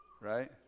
Right